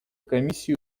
комиссии